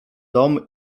dom